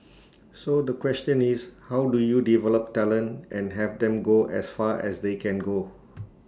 so the question is how do you develop talent and have them go as far as they can go